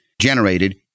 generated